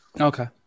Okay